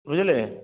ବୁଝିଲେ